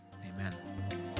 Amen